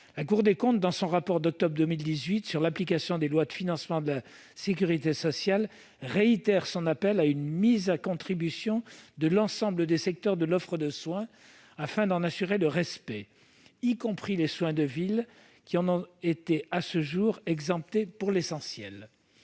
La Cour des comptes, dans son rapport d'octobre 2018 sur l'application des lois de financement de la sécurité sociale, réitère son appel à « une mise à contribution de l'ensemble des secteurs de l'offre de soins afin d'en assurer le respect, y compris les soins de ville qui en ont été à ce jour exemptés pour l'essentiel